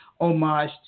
homage